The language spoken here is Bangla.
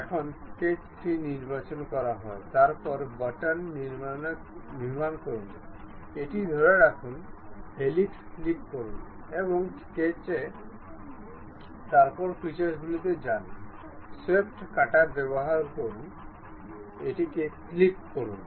এখন স্কেচ 3 নির্বাচন করা হয় তারপর বাটন নিয়ন্ত্রণ করুন এটি ধরে রাখুন হেলিক্স ক্লিক করুন এবং স্কেচ তারপর ফিচার্সগুলিতে যান সোয়েপ্ট কাটা ব্যবহার করুন ক্লিক করুন